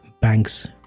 banks